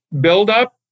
buildup